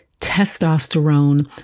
testosterone